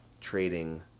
trading